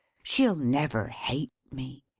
she'll never hate me.